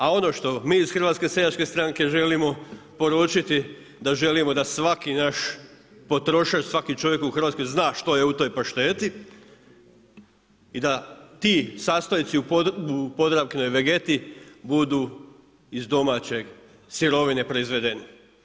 A ono što mi iz HSS-a želimo poručiti da želimo da svaki naš potrošač, svaki čovjek u Hrvatskoj zna što je u toj pašteti i da ti sastojci u Podravkinoj Vegeti budu iz domaće sirovine proizvedene.